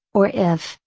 or if,